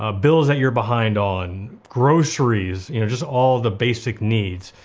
ah bills that you're behind on, groceries, you know, just all the basic needs.